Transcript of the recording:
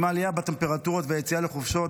עם העלייה בטמפרטורות והיציאה לחופשות,